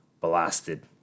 blasted